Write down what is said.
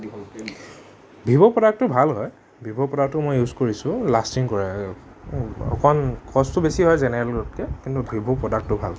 Vivo প্ৰডাক্টটো ভাল হয় ভিভ' প্ৰডাক্টটো মই ইউজ কৰিছোঁ লাষ্টিং কৰে অকণ কষ্টটো বেছি হয় জেনেৰেলতকৈ কিন্তু ভিভ' প্ৰডাক্টটো ভাল